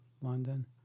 London